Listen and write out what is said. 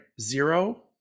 zero